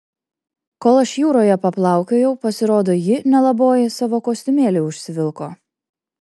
kol aš jūroje paplaukiojau pasirodo ji nelaboji savo kostiumėlį užsivilko